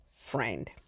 friend